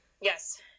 Yes